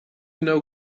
know